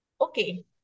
Okay